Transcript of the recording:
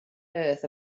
earth